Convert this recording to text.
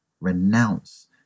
renounce